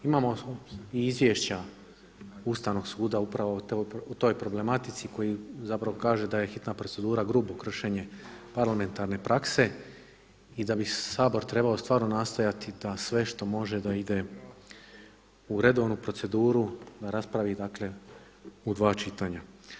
Imamo i izvješća Ustavnog suda upravo o toj problematici koji zapravo kaže da je hitna procedura grubo kršenje parlamentarne prakse i da bi Sabor trebao stvarno nastojati da sve što može da ide u redovnu proceduru, da raspravi dakle u dva čitanja.